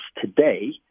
today